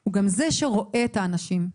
הוא זה שרואה את האנשים.